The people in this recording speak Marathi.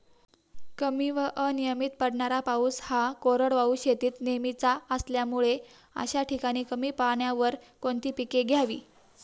कमी व अनियमित पडणारा पाऊस हा कोरडवाहू शेतीत नेहमीचा असल्यामुळे अशा ठिकाणी कमी पाण्यावर कोणती पिके घ्यावी?